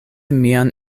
mian